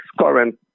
current